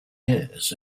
years